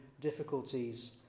difficulties